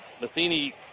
Matheny